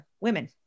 women